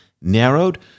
narrowed